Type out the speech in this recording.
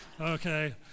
Okay